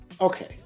Okay